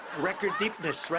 record deepness, right?